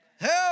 help